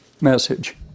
message